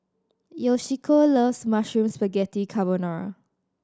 Yoshiko loves Mushroom Spaghetti Carbonara